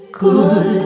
good